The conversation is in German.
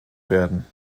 werden